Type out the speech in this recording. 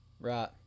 Right